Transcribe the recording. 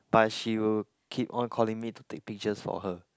but she will keep on calling me to take pictures for her